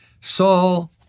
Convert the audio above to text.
Saul